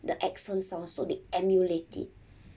the accent sounds so they emulate it